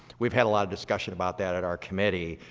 we've had a lot of discussion about that at our committee,